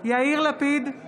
יאיר לפיד,